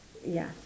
ya